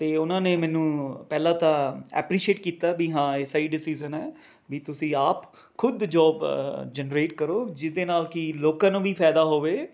ਅਤੇ ਉਹਨਾਂ ਨੇ ਮੈਨੂੰ ਪਹਿਲਾਂ ਤਾਂ ਐਪਰੀਸ਼ੇਟ ਕੀਤਾ ਵੀ ਹਾਂ ਇਹ ਸਹੀ ਡਿਸੀਜ਼ਨ ਹੈ ਵੀ ਤੁਸੀਂ ਆਪ ਖੁਦ ਜੌਬ ਜਨਰੇਟ ਕਰੋ ਜਿਸਦੇ ਨਾਲ ਕਿ ਲੋਕਾਂ ਨੂੰ ਵੀ ਫ਼ਾਈਦਾ ਹੋਵੇ